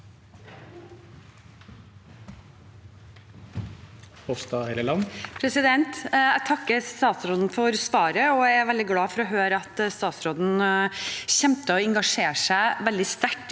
Jeg takker statsråden for svaret, og jeg er veldig glad for å høre at statsråden kommer til å engasjere seg veldig